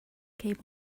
came